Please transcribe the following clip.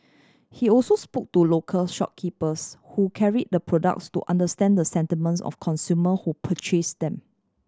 he also spoke to local shopkeepers who carry the products to understand the sentiments of consumer who purchase them